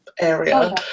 area